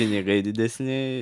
pinigai didesni